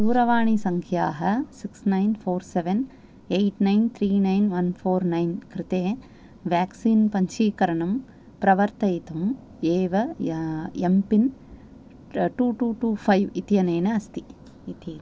दूरवाणीसङ्ख्याः six nine four seven eight nine three nine one four nine कृते vaccine पञ्जीकरणं प्रवर्तयितुं एव MPIN two two two five इत्येतत् अस्ति इति